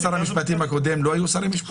שר המשפטים הקודם היו שרי משפטים אחרים.